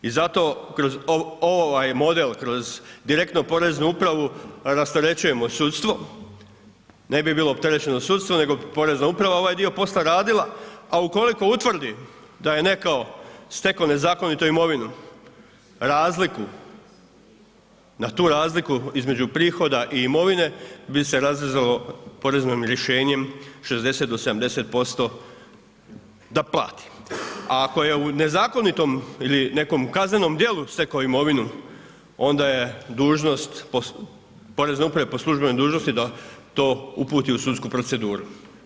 I zato kroz ovaj model, kroz direktno poreznu upravu rasterećujemo sudstvo, ne bi bilo opterećeno sudstvo nego porezna uprava ovaj dio posla radila, a ukoliko utvrdi da je netko stekao nezakonito imovinu, razliku, na tu razliku između prihoda i imovine bi se razrezalo poreznim rješenjem 60-70% da plati, a ako je u nezakonitom ili nekom kaznenom djelu stekao imovinu, onda je dužnost porezne uprave po službenoj dužnosti da to uputi u sudsku proceduru.